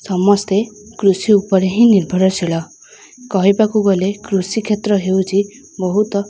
ସମସ୍ତେ କୃଷି ଉପରେ ହିଁ ନିର୍ଭରଶୀଳ କହିବାକୁ ଗଲେ କୃଷି କ୍ଷେତ୍ର ହେଉଛି ବହୁତ